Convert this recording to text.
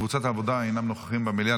קבוצת העבודה אינם נוכחים במליאה,